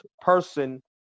person